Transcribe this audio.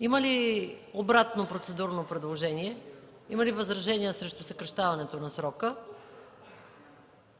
Има ли обратно процедурно предложение – възражение срещу съкращаването на срока?